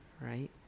right